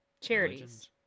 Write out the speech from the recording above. Charities